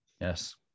Yes